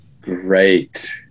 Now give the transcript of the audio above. Great